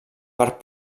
parc